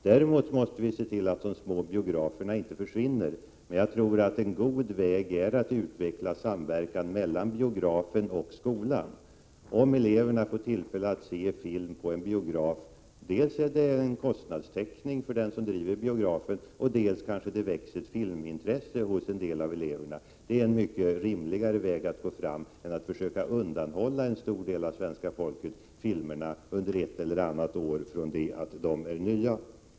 Däremot måste vi se till att de små biograferna inte försvinner, och jag tror att en god väg är att utveckla samverkan mellan biografen och skolan. Om eleverna får tillfälle att se film på en biograf bidrar det till kostnadstäckningen för den som driver biografen, och det bidrar dessutom till att ett filmintresse kan väckas hos en del av eleverna. Det är en mycket rimligare väg att gå fram än att försöka undanhålla en stor del av svenska folket nya filmer under ett eller annat år.